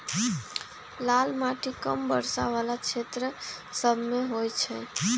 लाल माटि कम वर्षा वला क्षेत्र सभमें होइ छइ